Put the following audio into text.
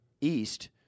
East –